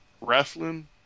wrestling